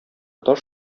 таш